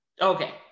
okay